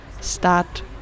start